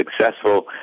successful